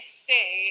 stay